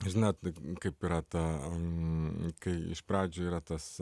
žinot kaip yra ta kai iš pradžių yra tas